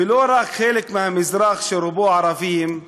ולא רק חלק מהמזרח, שרובו ערבים.